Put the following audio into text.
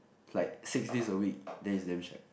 like six days a week then is damn shag